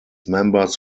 members